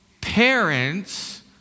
parents